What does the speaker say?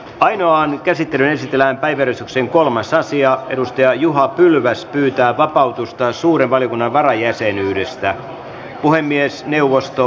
ainoan käsitteistöllä arveli sen kolmas aasian edustaja juha pylväs pyytää vapautusta suuren valiokunnan kokonaan korjata